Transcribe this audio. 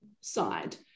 side